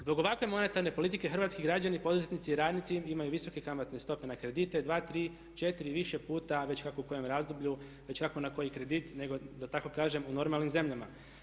Zbog ovakve monetarne politike hrvatski građani, poduzetnici i radnici imaju visoke kamatne stope na kredite, 2, 3, 4 i više puta, već kako u kojem razdoblju, već kako na koji kredit nego da tako kažem u normalnim zemljama.